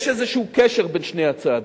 יש איזה קשר בין שני הצעדים.